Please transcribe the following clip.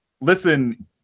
listen